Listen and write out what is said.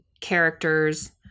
characters